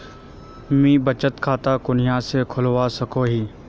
मुई बचत खता कुनियाँ से खोलवा सको ही?